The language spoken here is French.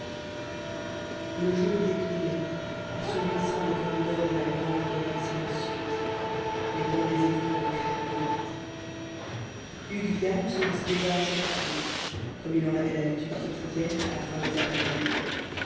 le jour déclinait assombrissant les corridors de la grande demeure silencieuse mettant des écrans de crêpe aux vitres hugues viane se disposa à sortir comme il en avait l'habitude quotidienne à la fin des après-midi